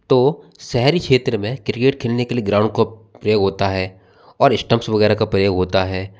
तो शहरी क्षेत्र में क्रिकेट खेलने के लिए ग्राउंड को प्रयोग होता है और स्टंम्प्स वगैरह का प्रयोग होता है